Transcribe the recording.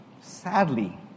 sadly